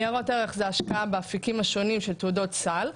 ניירות ערך זה השקעה באפיקים השונים של תעודות סל.